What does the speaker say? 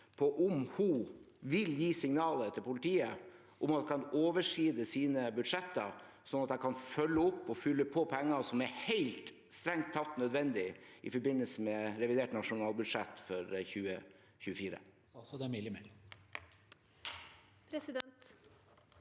på om hun vil gi signaler til politiet om at man kan overskride sine budsjetter, sånn at de kan følge opp, og fylle på med penger som strengt tatt er helt nødvendig, i forbindelse med revidert nasjonalbudsjett for 2024.